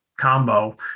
combo